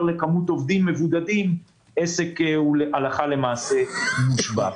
לכמות עובדים מבודדים עסק הוא הלכה למעשה מושבת.